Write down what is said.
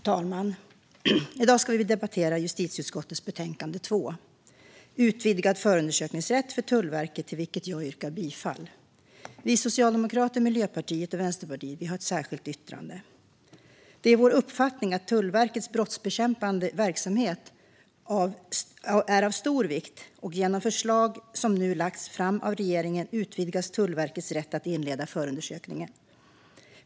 Fru talman! I dag ska vi debattera justitieutskottets betänkande 2020/21:JuU2 Utvidgad förundersökningsrätt för Tullverket . Jag yrkar bifall till utskottets förslag i betänkandet. Vi socialdemokrater, Miljöpartiet och Vänsterpartiet har ett särskilt yttrande. Det är vår uppfattning att Tullverkets brottsbekämpande verksamhet är av stor vikt, och genom de förslag som nu lagts fram av regeringen utvidgas Tullverkets rätt att inleda förundersökning.